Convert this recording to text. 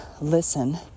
listen